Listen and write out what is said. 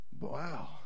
Wow